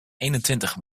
eenentwintig